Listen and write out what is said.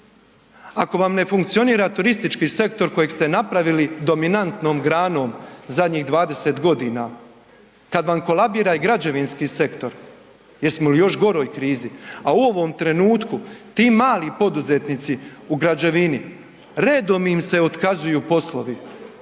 Ako vam ne funkcionira turistički sektor kojeg ste napravili dominantnom granom zadnjih 20.g., kad vam kolabira i građevinski sektor, jesmo li u još goroj krizi? A u ovom trenutku ti mali poduzetnici u građevini, redom im se otkazuju poslovi,